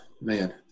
Man